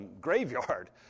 graveyard